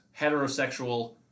heterosexual